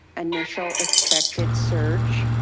initial expected surge.